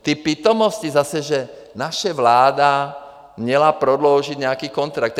Ty pitomosti zase, že naše vláda měla prodloužit nějaký kontrakt.